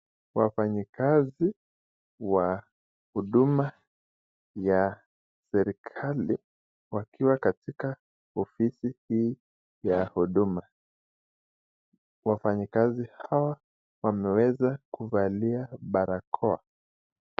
Wafanyikazi wa huduma ya serikali wakiwa katika ofisi hii ya Huduma. Wafanyikazi hawa wameweza kuvalia barakoa